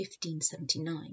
1579